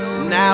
Now